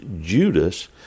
Judas